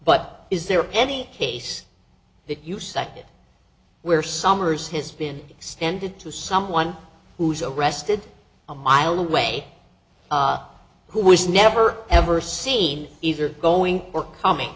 but is there any case that you sacket where summers has been extended to someone who's a rested a mile away who was never ever seen either going or coming